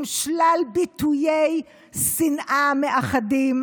עם שלל ביטויי שנאה מאחדים,